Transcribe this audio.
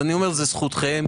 זה זכותכם.